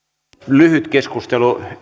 lyhyt keskustelu